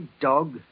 dog